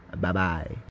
Bye-bye